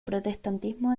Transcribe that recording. protestantismo